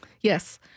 Yes